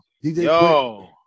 Yo